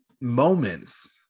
moments